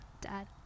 Dad